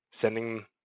sending